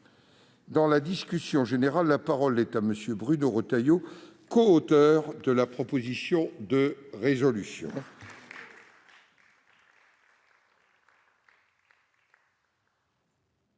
Dans la discussion générale, la parole est à M. Bruno Retailleau, coauteur de la proposition de résolution.